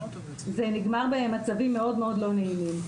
לילדים וזה נגמר במצבים מאוד לא נעימים.